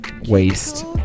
Waste